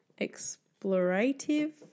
explorative